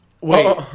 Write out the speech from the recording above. Wait